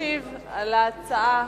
ישיב על ההצעה